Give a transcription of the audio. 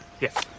Yes